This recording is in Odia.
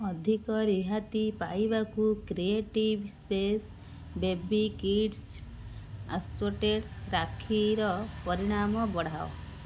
ଅଧିକ ରିହାତି ପାଇବାକୁ creative space baby kids assorted ରାକ୍ଷୀର ପରିମାଣ ବଢ଼ାଅ